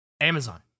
Amazon